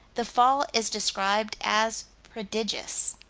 the fall is described as prodigious.